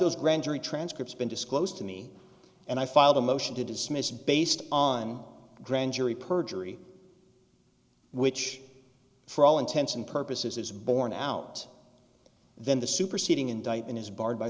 those grand jury transcripts been disclosed to me and i filed a motion to dismiss based on grand jury perjury which for all intents and purposes is borne out then the superseding indictment is barred by